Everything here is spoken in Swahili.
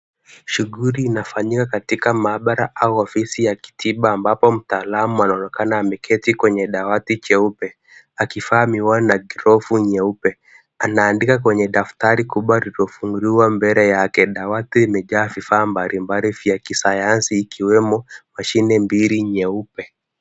Shughuli inafanyika katika maabara au ofisi ya kitiba ambapo mtaalamu anaonekana ameketi kwenye dawati jeupe akivaa miwani na glovu nyeupe. Anaandika kwenye daftari kubwa lililofunguliwa mbele yake. Dawati imejaa vifaa mbalimbali vya kisayansi ikiwemo mashine mbili nyeupe.